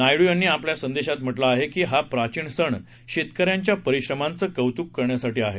नायडू यांनी आपल्या संदेशात म्हटलं आहे की हा प्राचीन सण शेतकर्यांच्या परिश्रमांचं कौतुक करण्यासाठी आहे